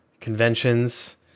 conventions